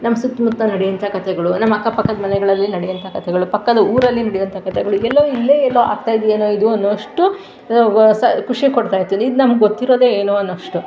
ನಮ್ಮ ಸುತ್ತಮುತ್ತ ನಡೆಯುವಂಥ ಕಥೆಗಳು ನಮ್ಮ ಅಕ್ಕಪಕ್ಕದ ಮನೆಗಳಲ್ಲಿ ನಡೆಯುವಂಥ ಕಥೆಗಳು ಪಕ್ಕದ ಊರಲ್ಲಿ ನಡೆಯುವಂಥ ಕಥೆಗಳು ಎಲ್ಲವೂ ಇಲ್ಲೇ ಎಲ್ಲೋ ಆಗ್ತಾ ಇದೇ ಏನೋ ಇದು ಅನ್ನುವಷ್ಟು ವ ಸ ಖುಷಿ ಕೊಡ್ತಾಯಿತ್ತು ಇದು ನಮ್ಗೆ ಗೊತ್ತಿರೋದೇ ಏನೋ ಅನ್ನುವಷ್ಟು